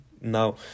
now